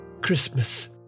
Christmas